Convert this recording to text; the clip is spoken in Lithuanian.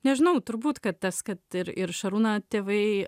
nežinau turbūt kad tas kad ir ir šarūną tėvai